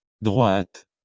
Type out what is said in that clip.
Droite